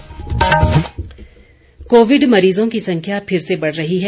Covid संदेश Covid मरीजों की संख्या फिर से बढ़ रही है